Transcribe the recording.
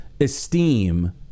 esteem